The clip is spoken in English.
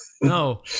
No